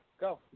go